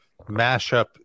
mashup